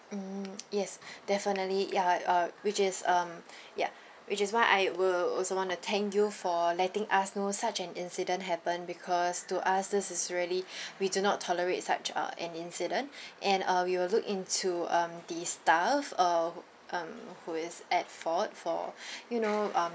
mm yes definitely ya uh which is um ya which is why I will also wanna thank you for letting us know such an incident happened because to us this is really we do not tolerate such uh an incident and uh we will look into um this staff uh um who is at fault for you know um